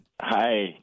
Hi